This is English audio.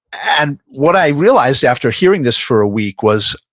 and what i realized after hearing this for a week was,